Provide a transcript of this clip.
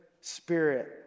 spirit